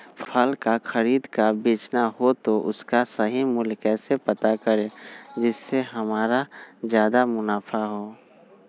फल का खरीद का बेचना हो तो उसका सही मूल्य कैसे पता करें जिससे हमारा ज्याद मुनाफा हो?